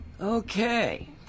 Okay